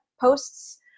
posts